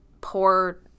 poor